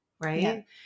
right